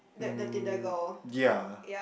um ya